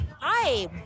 Hi